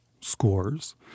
scores